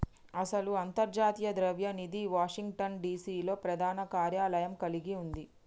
అసలు అంతర్జాతీయ ద్రవ్య నిధి వాషింగ్టన్ డిసి లో ప్రధాన కార్యాలయం కలిగి ఉంది